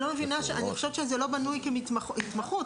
לדעתי, זה לא בנוי כהתמחות.